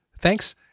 Thanks